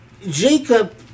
Jacob